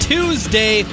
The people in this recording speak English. Tuesday